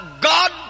God